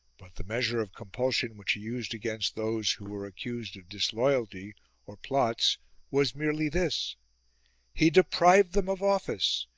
but the measure of compulsion which he used against those who were accused of disloyalty or plots was merely this he deprived them of office,